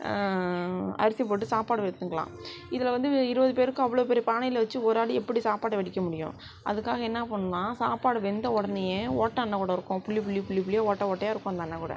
அரிசி போட்டு சாப்பாடு எடுத்துக்கலாம் இதில் வந்து இருபது பேருக்கு அவ்வளோ பெரிய பானையில் வச்சு ஒரு ஆள் எப்படி சாப்பாடு வடிக்க முடியும் அதுக்காக என்னாப்பண்ணலாம் சாப்பாடு வெந்த உடனயே ஓட்டை அன்னக்கூடை இருக்கும் புள்ளி புள்ளி புள்ளி புள்ளியாக ஓட்டை ஓட்டையாக இருக்கும் அந்த அன்னக்கூடை